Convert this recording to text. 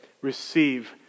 receive